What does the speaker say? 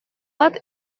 bat